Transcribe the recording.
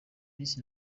miss